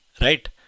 Right